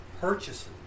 purchases